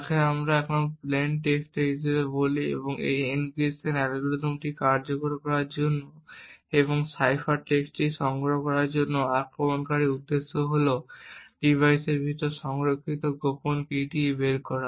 যাকে আমরা এখন প্লেইন টেক্সট হিসাবে বলি এই এনক্রিপশন অ্যালগরিদমটি কার্যকর করার জন্য এবং সাইফার টেক্সট সংগ্রহ করার জন্য আক্রমণকারীর উদ্দেশ্য হল ডিভাইসের ভিতরে সংরক্ষিত গোপন কীটি বের করা